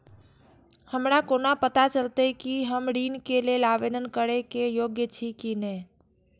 हमरा कोना पताा चलते कि हम ऋण के लेल आवेदन करे के योग्य छी की ने?